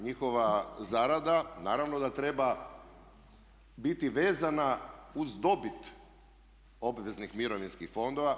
Njihova zarada naravno da treba biti vezana uz dobit obveznih mirovinskih fondova.